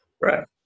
Right